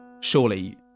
surely